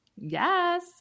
Yes